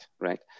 right